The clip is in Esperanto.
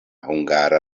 hungara